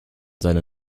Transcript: seine